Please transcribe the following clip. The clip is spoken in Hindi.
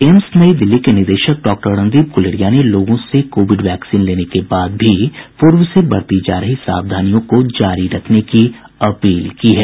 एम्स नई दिल्ली के निदेशक डॉक्टर रणदीप गुलेरिया ने लोगों से कोविड वैक्सीन लेने के बाद भी पूर्व से बरती जा रही सावधानियों को जारी रखने की अपील की है